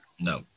No